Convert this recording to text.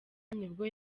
nibwo